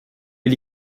wil